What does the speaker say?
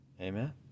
Amen